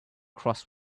cross